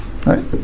right